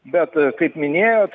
bet kaip minėjot